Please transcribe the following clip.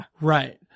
Right